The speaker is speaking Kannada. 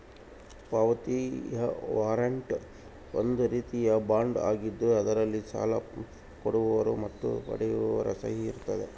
ಪಾವತಿಯ ವಾರಂಟ್ ಒಂದು ರೀತಿಯ ಬಾಂಡ್ ಆಗಿದ್ದು ಅದರಲ್ಲಿ ಸಾಲ ಕೊಡುವವರ ಮತ್ತು ಪಡೆಯುವವರ ಸಹಿ ಇರುತ್ತದೆ